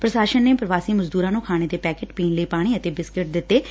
ਪ੍ਰਸ਼ਾਸਨ ਨੇ ਪ੍ਰਵਾਸੀ ਮਜ਼ਦੂਰਾ ਨੂੰ ਖਾਣੇ ਦੇ ਪੈਕਟ ਪੀਣ ਲਈ ਪਾਣੀ ਅਤੇ ਬਿਸਕੁਟ ਦਿੱਤੇ ਗਏ